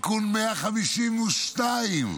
(תיקון מס' 152)